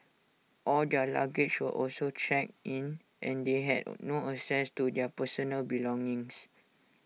all their luggage were also checked in and they had no access to their personal belongings